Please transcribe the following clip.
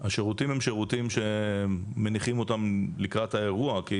השירותים הם שירותים שמניחים אותם לקראת האירוע,